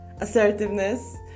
assertiveness